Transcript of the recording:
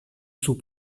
sous